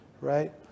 right